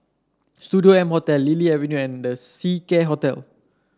Studio M Hotel Lily Avenue and The Seacare Hotel